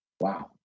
Wow